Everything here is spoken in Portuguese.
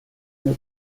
meu